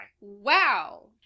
Wow